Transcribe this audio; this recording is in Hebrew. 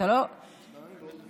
יש לך נתונים?